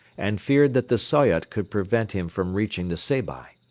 and feared that the soyot could prevent him from reaching the seybi.